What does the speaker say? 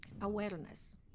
awareness